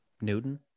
Newton